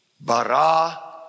bara